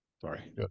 Sorry